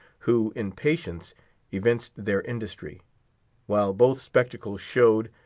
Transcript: who in patience evinced their industry while both spectacles showed,